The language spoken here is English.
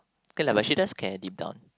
okay lah but she does care deep down